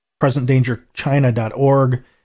presentdangerchina.org